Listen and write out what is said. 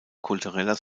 kultureller